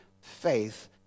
faith